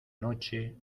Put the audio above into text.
noche